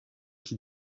qui